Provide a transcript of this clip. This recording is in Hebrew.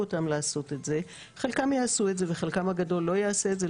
אותם לעשות את זה חלקם יעשו את זה וחלקם הגדול לא יעשה את זה,